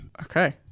Okay